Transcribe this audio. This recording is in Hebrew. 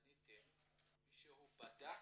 כשקניתם מישהו בדק